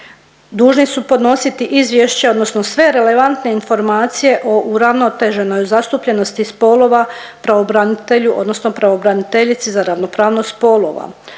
dužni su podnositi izvješće odnosno sve relevantne informacije o uravnoteženoj zastupljenosti spolova pravobranitelju odnosno pravobraniteljici za ravnopravnost spolova,